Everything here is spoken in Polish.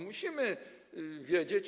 Musimy wiedzieć.